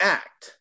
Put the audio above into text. act